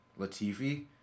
Latifi